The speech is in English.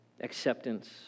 Acceptance